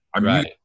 Right